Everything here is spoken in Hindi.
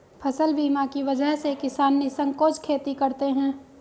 फसल बीमा की वजह से किसान निःसंकोच खेती करते हैं